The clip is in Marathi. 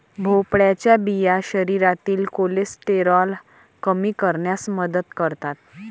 भोपळ्याच्या बिया शरीरातील कोलेस्टेरॉल कमी करण्यास मदत करतात